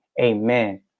Amen